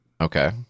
Okay